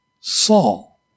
Saul